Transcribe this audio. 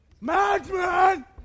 Madman